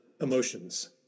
emotions